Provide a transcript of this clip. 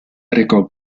recò